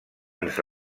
ens